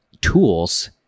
tools